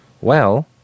Well